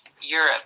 Europe